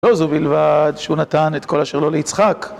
לא זו בלבד שהוא נתן את כל אשר לו ליצחק